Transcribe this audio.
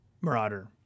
Marauder